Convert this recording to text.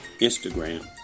Instagram